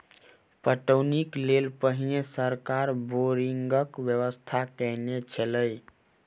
पटौनीक लेल पहिने सरकार बोरिंगक व्यवस्था कयने छलै